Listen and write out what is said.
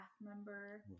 member